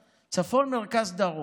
דרום,